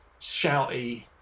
shouty